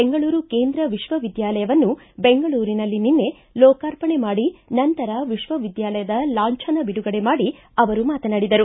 ಬೆಂಗಳೂರು ಕೇಂದ್ರ ವಿಶ್ವವಿದ್ಯಾಲಯವನ್ನು ಬೆಂಗಳೂರಿನಲ್ಲಿ ನಿನ್ನೆ ಲೋಕಾರ್ಪಣೆ ಮಾಡಿ ನಂತರ ವಿಶ್ವವಿದ್ಯಾಲಯದ ಲಾಂಚನ ಬಿಡುಗಡೆ ಮಾಡಿ ಅವರು ಮಾತನಾಡಿದರು